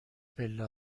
پله